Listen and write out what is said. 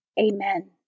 Amen